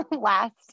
last